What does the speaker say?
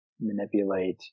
manipulate